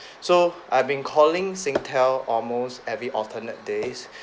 so I've been calling Singtel almost every alternate days